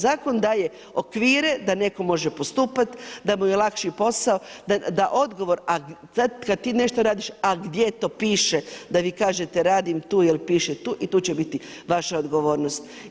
Zakon daje okvire da neko može postupati, da mu je lakši posao, da da odgovor, a kad ti nešto radiš a gdje to piše da vi kažete, radim tu jer piše tu i tu će biti vaša odgovornost.